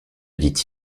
dit